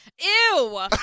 Ew